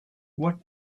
what